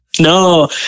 No